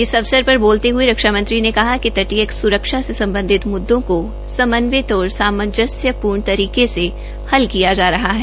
इस अवसर पर बोलते हुये रक्षा मंत्री ने कहा कि तटीय सुरक्षा से सम्बधित मुद्दो को समन्वित और सामंजस्यपूर्ण तरीके से हल किया जा रहा है